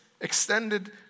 extended